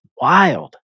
wild